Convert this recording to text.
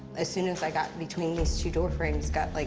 as soon as i got between these two door frames got, like,